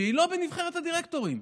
שהיא לא בנבחרת הדירקטורים.